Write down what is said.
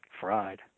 Fried